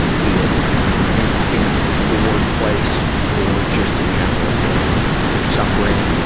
and be it it in the workplace or just in general they're they're suffering,